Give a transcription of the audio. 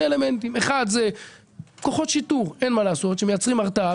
אלמנטים: מכוחות שיטור שמייצרים הרתעה,